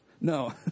No